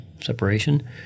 separation